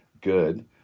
good